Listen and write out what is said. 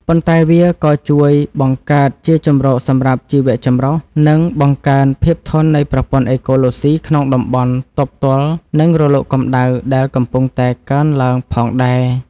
ប៉ុន្តែវាក៏ជួយបង្កើតជាជម្រកសម្រាប់ជីវចម្រុះ និងបង្កើនភាពធន់នៃប្រព័ន្ធអេកូឡូស៊ីក្នុងតំបន់ទប់ទល់នឹងរលកកម្ដៅដែលកំពុងតែកើនឡើងផងដែរ។